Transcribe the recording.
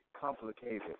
complicated